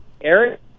Eric